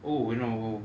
oh you know